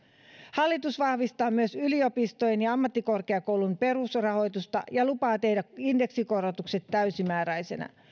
hallitus vahvistaa myös yliopistojen ja ammattikorkeakoulun perusrahoitusta ja lupaa tehdä indeksikorotukset täysimääräisinä